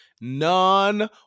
None